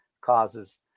causes